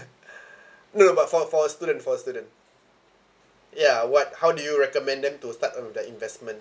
no no but for for student for student ya what how do you recommend them to start on the investment